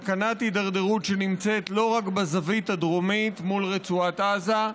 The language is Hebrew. סכנת הידרדרות שנמצאת לא רק בזווית הדרומית מול רצועת עזה,